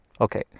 okay